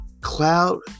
cloud